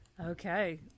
Okay